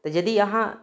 तऽ यदि अहाँ